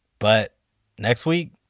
but next week?